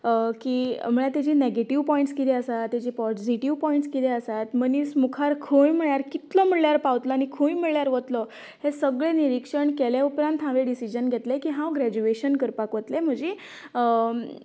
की म्हळ्यार तेची नेगेटिव्ह पॉयन्टस कितें आसात ताचे पॉजिटिव्ह पॉयन्टस कितें आसात मनीस मुखार खंय म्हळ्यार कितलो म्हळ्यार पावतलो आनी खंय म्हळ्यार वतलो हे सगळे निरिक्षण केले उपरांत हांवे डिसिजन घेतले की हांव ग्रेज्युएशन करपाक वतलें म्हजे